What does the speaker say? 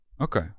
Okay